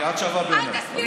את שווה בעיניי.